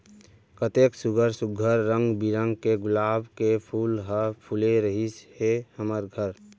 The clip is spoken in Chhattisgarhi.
कतेक सुग्घर सुघ्घर रंग बिरंग के गुलाब के फूल ह फूले रिहिस हे हमर घर